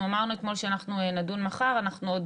אנחנו אמרנו אתמול שאנחנו נדון מחר, אנחנו עוד